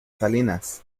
salinas